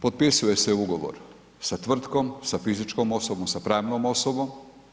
Potpisuje se ugovor sa tvrtkom, sa fizičkom osobom, sa pravnom osobom.